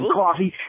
coffee